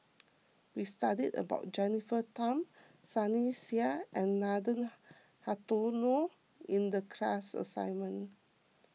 we studied about Jennifer Tham Sunny Sia and Nathan Hartono in the class assignment